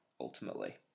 ultimately